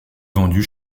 vendue